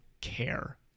care